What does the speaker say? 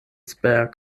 spare